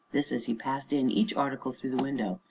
this as he passed in each article through the window.